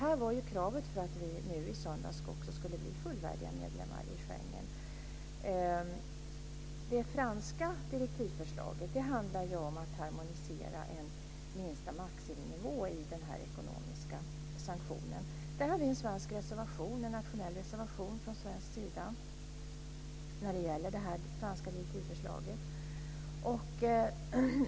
Detta var kravet för att vi i söndags skulle kunna bli fullvärdiga medlemmar i Schengen. Det franska direktivförslaget handlar om att harmonisera en minsta maximinivå i den ekonomiska sanktionen. När det gäller det franska direktivförslaget har vi en nationell reservation från svensk sida.